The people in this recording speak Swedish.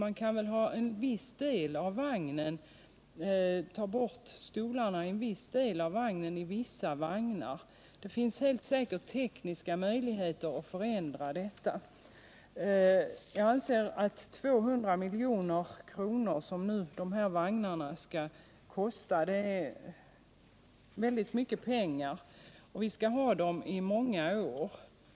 Man kan väl ta bort stolarna i en viss del av vagnen i vissa vagnar — det finns helt säkert tekniska möjligheter till förändring. Jag anser att 200 miljoner, som vagnarna kommer att kosta, är väldigt mycket pengar, och vi skall ha vagnarna i många år.